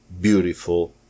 beautiful